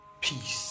Peace